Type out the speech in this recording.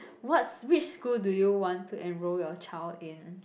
what's which school do you want to enroll your child in